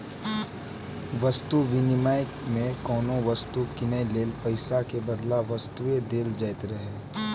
वस्तु विनिमय मे कोनो वस्तु कीनै लेल पैसा के बदला वस्तुए देल जाइत रहै